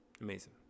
Amazing